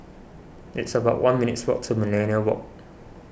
it's about one minutes' walk to Millenia Walk